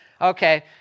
okay